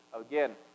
Again